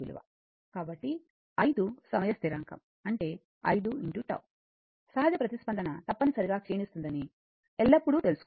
కాబట్టి 5 సమయ స్థిరాంకం అంటే 5 τ సహజ ప్రతిస్పందన తప్పనిసరిగా క్షీనిస్తుందని ఎల్లప్పుడూ తెలుసుకోండి